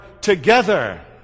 together